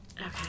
Okay